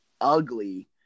ugly